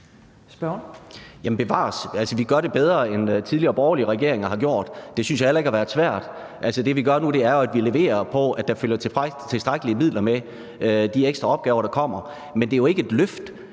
Bevares, vi gør det bedre, end tidligere, borgerlige regeringer har gjort, og det synes jeg heller ikke har været svært. Altså, det, vi gør nu, er jo, at vi leverer på, at der følger tilstrækkelige midler med de ekstra opgaver, der kommer, men det er jo ikke et løft.